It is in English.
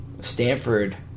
Stanford